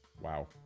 Wow